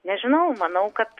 nežinau manau kad